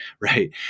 Right